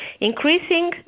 increasing